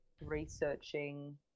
researching